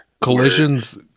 collisions